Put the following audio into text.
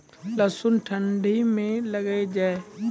लहसुन ठंडी मे लगे जा?